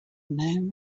moon